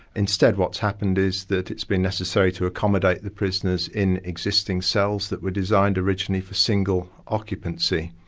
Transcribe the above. instead what's happened is that it's been necessary to accommodate the prisoners in existing cells that were designed originally for single occupancy.